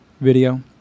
video